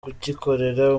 kugikorera